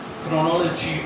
chronology